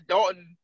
Dalton